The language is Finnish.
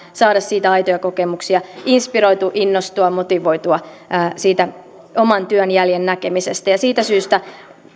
saada siitä aitoja kokemuksia inspiroitua innostua motivoitua siitä oman työn jäljen näkemisestä siitä syystä